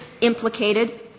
implicated